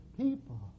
people